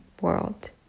world